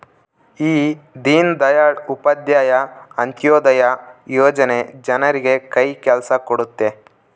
ಈ ದೀನ್ ದಯಾಳ್ ಉಪಾಧ್ಯಾಯ ಅಂತ್ಯೋದಯ ಯೋಜನೆ ಜನರಿಗೆ ಕೈ ಕೆಲ್ಸ ಕೊಡುತ್ತೆ